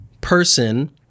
person